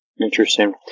Interesting